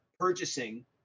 purchasing